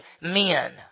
men